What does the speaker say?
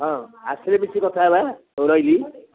ହଁ ଆସିଲେ ମିଶିକି କଥା ହେବା ଆଉ ରହିଲି